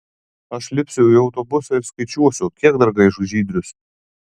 aš lipsiu į autobusą ir skaičiuosiu kiek dar gaiš žydrius